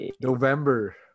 november